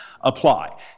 apply